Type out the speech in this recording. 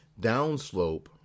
downslope